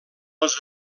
els